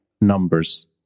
numbers